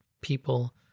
people